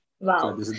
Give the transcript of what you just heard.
Wow